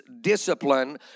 discipline